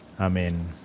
Amen